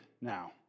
now